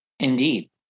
indeed